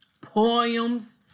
poems